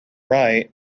right